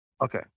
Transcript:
Okay